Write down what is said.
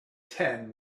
ten